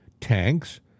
tanks